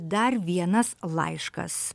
dar vienas laiškas